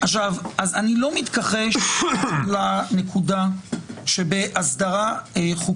אני אדבר בקצרה על המעמד בעיני הציבור של המערכת